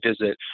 visit